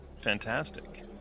fantastic